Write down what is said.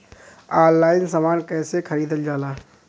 Online समान कैसे खरीदल जाला?